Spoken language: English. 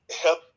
help